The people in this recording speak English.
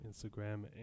Instagram